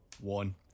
one